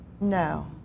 No